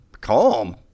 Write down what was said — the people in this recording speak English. Calm